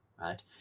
right